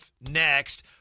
next